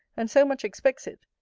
and so much expects it,